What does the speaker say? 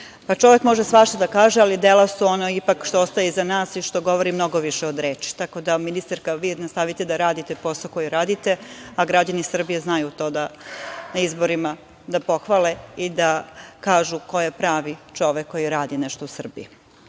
čovek može svašta da kaže, ali dela su ono što ostaje iza nas i što govori mnogo više od reči. Tako da, ministarka, vi nastavite da radite posao koji radite, a građani Srbije znaju to na izborima da pohvale i da kažu ko je pravi čovek koji radi nešto u Srbiji. Ja